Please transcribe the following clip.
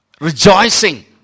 rejoicing